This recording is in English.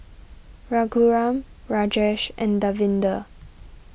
Raghuram Rajesh and Davinder